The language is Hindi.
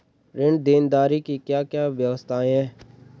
ऋण देनदारी की क्या क्या व्यवस्थाएँ हैं?